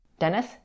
Dennis